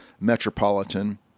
metropolitan